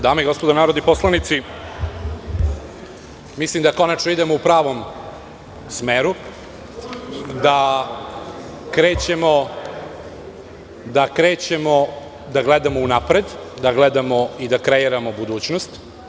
Dame i gospodo narodni poslanici, mislim da konačno idemo u pravom smeru, da krećemo da gledamo u napred, da gledamo i da kreiramo budućnost.